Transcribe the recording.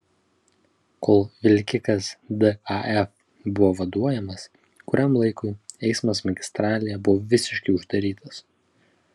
kol vilkikas daf buvo vaduojamas kuriam laikui eismas magistralėje buvo visiškai uždarytas